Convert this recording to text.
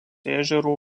ežero